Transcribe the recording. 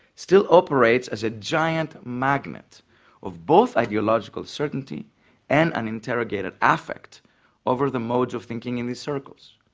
still operates as a giant magnet of both ideological certainty and an interrogated affect over the modes of thinking in these circles.